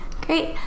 Great